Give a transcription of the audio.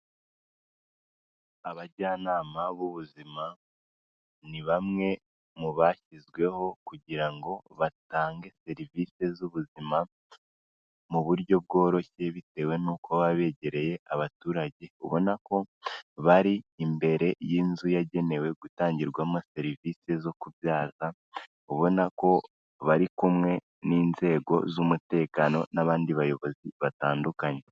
Abajyanama b'ubuzima, ni bamwe mu bashyizweho kugira ngo batange serivisi z'ubuzima, mu buryo bworoshye bitewe nuko baba begereye abaturage, ubona ko bari imbere y'inzu yagenewe gutangirwamo serivisi zo kubyaza, ubona ko bari kumwe n'inzego z'umutekano, n'abandi bayobozi batandukanye.